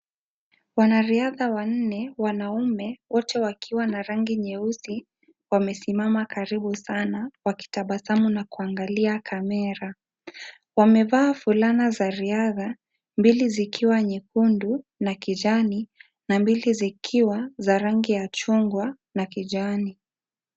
Wanariadha wanne wanaume wote wakiwa na rangi nyeusi wamesimama karibu sana wakitabasamu na kuangalia kamera. Wamevaa fulana za riadha, mbili zikiwa nyekundu na kijani na mbili zikiwa za rangi ya chungwa na kijani.